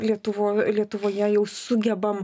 lietuvoj lietuvoje jau sugebam